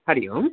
Hari Om